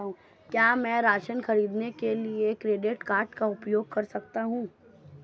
क्या मैं राशन खरीदने के लिए क्रेडिट कार्ड का उपयोग कर सकता हूँ?